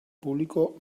público